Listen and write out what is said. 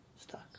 Stuck